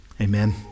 Amen